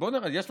אתה יודע,